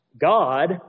God